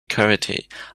karate